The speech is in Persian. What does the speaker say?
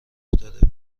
افتاده